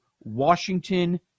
Washington